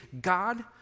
God